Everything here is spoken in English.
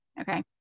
okay